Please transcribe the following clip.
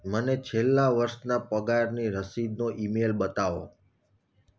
મને છેલ્લાં વર્ષના પગારની રસીદનો ઇમેઈલ બતાવો